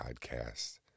Podcast